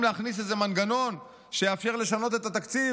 להכניס איזה מנגנון שיאפשר לשנות את התקציב,